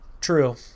true